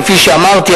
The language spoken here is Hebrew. כפי שאמרתי.